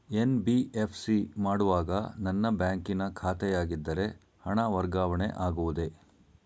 NBFC ಮಾಡುವಾಗ ನನ್ನ ಬ್ಯಾಂಕಿನ ಶಾಖೆಯಾಗಿದ್ದರೆ ಹಣ ವರ್ಗಾವಣೆ ಆಗುವುದೇ?